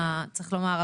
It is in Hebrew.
צריך לומר,